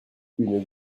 une